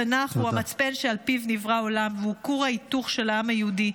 התנ"ך הוא המצפן שעל פיו נברא העולם והוא כור ההיתוך של העם היהודי,